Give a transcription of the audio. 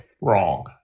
wrong